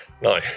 No